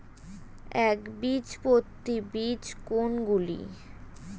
একবীজপত্রী বীজ কোন গুলি?